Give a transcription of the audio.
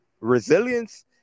resilience